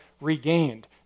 regained